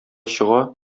чыга